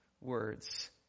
words